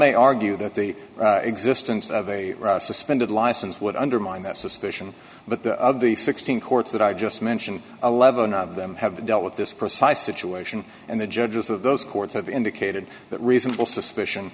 may argue that the existence of a suspended license would undermine that suspicion but the of the sixteen courts that i just mentioned eleven of them have dealt with this precise situation and the judges of those courts have indicated that reasonable suspicion